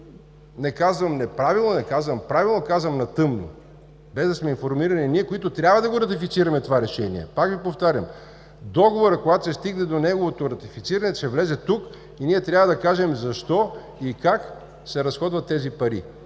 не казвам неправилно, не казвам правилно, а казвам – на тъмно, без да сме информирани ние, които трябва да ратифицираме това решение. Повтарям, договорът, когато се стигне до неговото ратифициране, ще влезе тук и ние трябва да кажем защо и как се разходват тези пари.